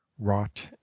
Wrought